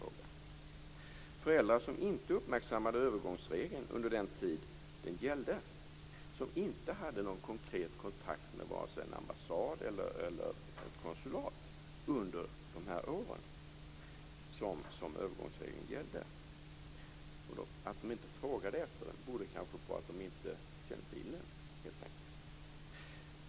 Det är fråga om föräldrar som inte uppmärksammade övergångsregeln under den tid den gällde och som inte hade någon konkret kontakt med vare sig en ambassad eller ett konsulat under de år som övergångsregeln gällde. Att de inte frågade efter den berodde kanske på att de helt enkelt inte kände till den.